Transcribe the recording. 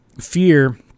fear